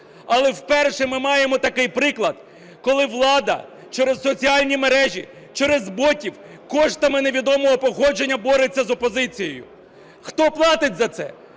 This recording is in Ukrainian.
Але вперше ми маємо такий приклад, коли влада через соціальні мережі, через ботів коштами невідомого походження бореться з опозицією. Хто платить за це?